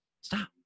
Stop